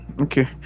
Okay